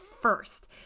first